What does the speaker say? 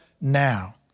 now